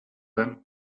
him